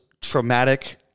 traumatic